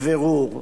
אמרתי בבירור: